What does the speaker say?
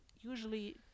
usually